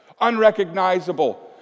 unrecognizable